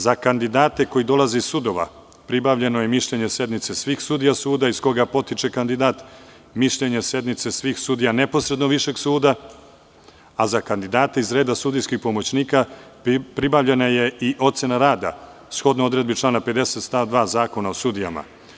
Za kandidate koji dolaze sudova pribavljeno je mišljenje sednice svih sudija suda iz koga potiče kandidat, mišljenja sednice svih sudija neposredno Višeg suda, a za kandidate iz reda sudijskih pomoćnika pribavljena je i ocena rada, shodno odredbi člana 50. stav 2. Zakona o sudijama.